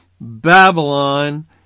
Babylon